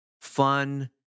fun